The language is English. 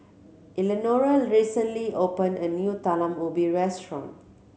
Eleanora recently open a new Talam Ubi restaurant